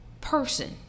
person